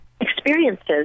experiences